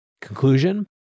Conclusion